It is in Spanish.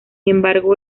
embargo